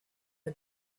the